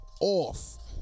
off